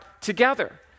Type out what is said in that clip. together